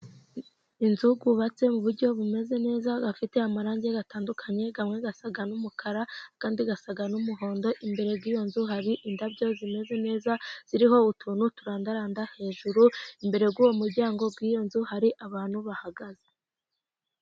Inzu yubatse mu buryo bumeze neza, afite amarangi atandukanye, amwe asa n'umukara, andi asa n'umuhondo, imbere y'iyo nzu hari indabyo zimeze neza, ziriho utuntu turandaranda hejuru, imbere y'uwo muryango w'iyo nzu hari abantu bahagaze.